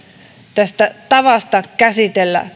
tästä tavasta käsitellä